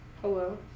Hello